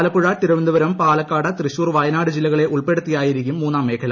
ആലപ്പുഴ തിരുവനന്തപുരം പാലക്കാട് തൃശൂർ വയനാട് ജില്ലകളെ ഉൾപ്പെടുത്തിയായിരിക്കും മൂന്നാം മേഖല